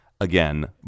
Again